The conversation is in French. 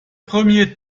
premiers